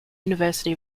university